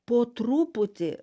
po truputį